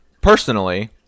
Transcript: personally